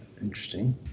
Interesting